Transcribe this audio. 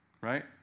right